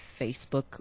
Facebook